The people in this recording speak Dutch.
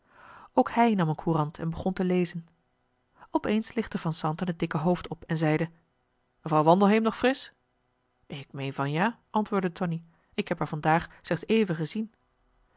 ook hij nam eene courant en begon te lezen op eens lichtte van zanten het dikke hoofd op en zeide mevrouw wandelheem nog frisch ik meen van ja antwoordde tonie ik heb haar van daag slechts even gezien